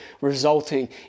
resulting